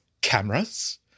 cameras